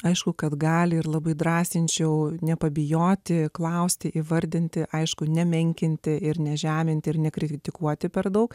aišku kad gali ir labai drąsinčiau nepabijoti klausti įvardinti aišku nemenkinti ir nežeminti ir nekritikuoti per daug